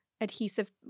adhesive